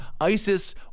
ISIS